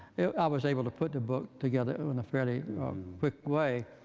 i was able to put the book together in a fairly quick way.